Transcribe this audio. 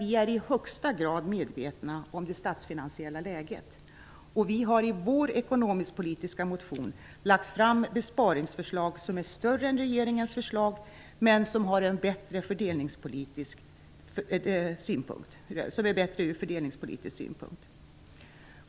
Vi är i högsta grad medvetna om det statsfinansiella läget, och vi har i vår ekonomisk-politiska motion lagt fram besparingsförslag som är större än regeringens förslag, men som är bättre ur fördelningspolitisk synpunkt.